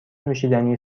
نوشیدنی